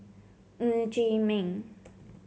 Ng Chee Meng